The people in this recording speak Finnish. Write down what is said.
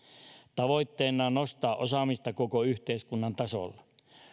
tavoitteena on nostaa osaamista koko yhteiskunnan tasolla